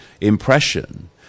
impression